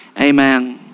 Amen